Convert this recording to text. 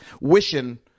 wishing